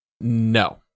No